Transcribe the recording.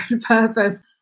purpose